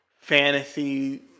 fantasy